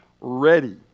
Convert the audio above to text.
ready